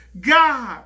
God